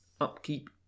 Upkeep